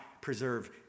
preserve